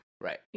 Right